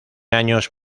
años